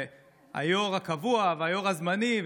והיו"ר הקבוע והיו"ר הזמני,